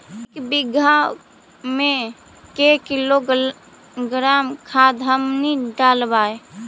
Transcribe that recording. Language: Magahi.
एक बीघा मे के किलोग्राम खाद हमनि डालबाय?